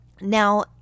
Now